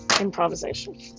improvisation